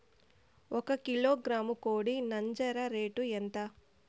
ఒక కిలోగ్రాము కోడి నంజర రేటు ఎంత?